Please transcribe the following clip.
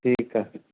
ठीक आहे